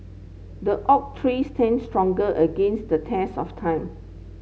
the oak tree stand strong against the test of time